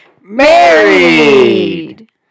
married